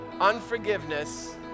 unforgiveness